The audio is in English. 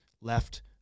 left